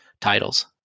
titles